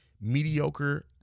mediocre